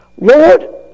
Lord